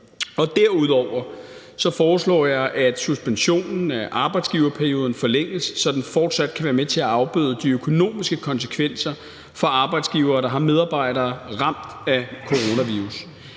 Derudover foreslår jeg, at suspensionen af arbejdsgiverperioden forlænges, så den fortsat kan være med til at afbøde de økonomiske konsekvenser for arbejdsgivere, der har medarbejdere ramt af coronavirus.